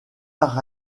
par